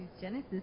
Genesis